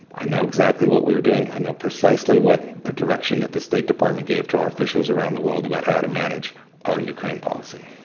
i know exactly what we were doing. i know precisely what the ah direction that the state department gave to our officials around the world about how to manage our ukraine policy